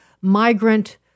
migrant